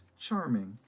charming